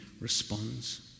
responds